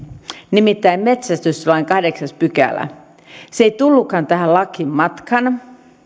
nimittäin metsästyslain kahdeksas pykälä se ei tullutkaan tähän lakiin matkaan